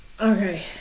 Okay